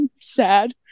Sad